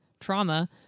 trauma